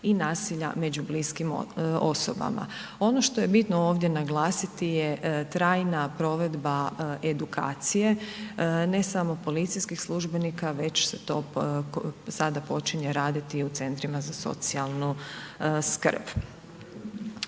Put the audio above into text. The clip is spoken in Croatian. i nasilja među bliskim osobama. Ono što je bitno ovdje naglasiti je trajna provedba edukacije ne samo policijskih službenika, već se to sada počinje raditi i u centrima za socijalnu skrb.